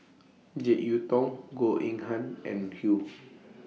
Jek Yeun Thong Goh Eng Han and Hsu